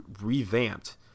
revamped